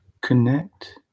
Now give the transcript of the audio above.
Connect